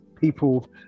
people